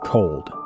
Cold